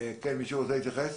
מישהו רוצה להתייחס?